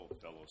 fellow